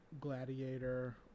Gladiator